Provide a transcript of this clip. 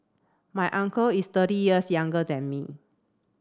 my uncle is thirty years younger than me